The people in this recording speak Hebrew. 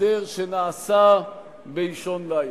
הסדר שנעשה באישון לילה.